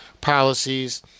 policies